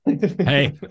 Hey